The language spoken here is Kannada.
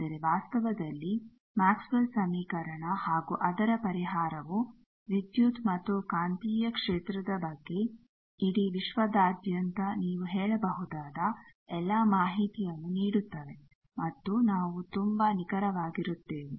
ಆದರೆ ವಾಸ್ತವದಲ್ಲಿ ಮ್ಯಾಕ್ಸ್ವೆಲ್ಲ್ಸ್ Maxwells ಸಮೀಕರಣ ಹಾಗು ಅದರ ಪರಿಹಾರವು ವಿದ್ಯುತ್ ಮತ್ತು ಕಾಂತೀಯ ಕ್ಷೇತ್ರದ ಬಗ್ಗೆ ಇಡೀ ವಿಶ್ವಾದಾದ್ಯಂತ ನೀವು ಹೇಳಬಹುದಾದ ಎಲ್ಲ ಮಾಹಿತಿಯನ್ನು ನೀಡುತ್ತವೆ ಮತ್ತು ನಾವು ತುಂಬಾ ನಿಖರವಾಗಿರುತ್ತೇವೆ